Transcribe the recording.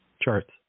charts